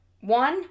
one